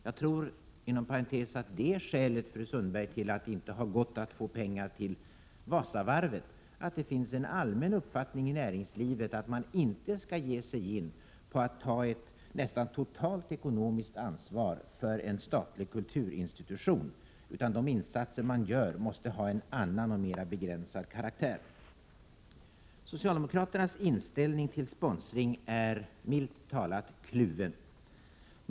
Jag tror inom parentes sagt att skälet, fru Sundberg, till att det inte har gått att få pengar till Wasavarvet är att det i näringslivet finns en allmän uppfattning att man inte skall ge sig in på att ta ett nästan fullständigt ekonomiskt ansvar för en statlig kulturinstitution; sådana insatser som näringslivet är villigt att göra måste ha en annan och mera begränsad karaktär. Socialdemokraternas inställning till sponsring är, milt talat, kluven.